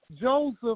Joseph